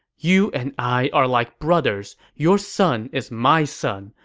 you and i are like brothers. your son is my son.